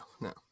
no